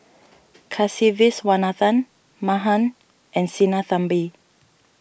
Kasiviswanathan Mahan and Sinnathamby